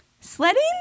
sledding